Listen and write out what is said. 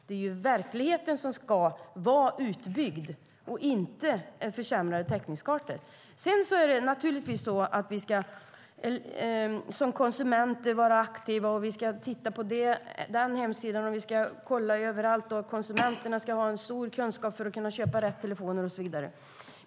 Det är verkligheten som ska vara utbyggd, inte täckningskartor som ska försämras. Det är naturligtvis så att vi som konsumenter ska vara aktiva och titta på hemsidor och överallt. Konsumenterna ska ha en stor kunskap för att kunna köpa rätt telefon och så vidare.